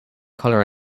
color